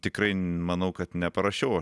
tikrai manau kad neparašiau aš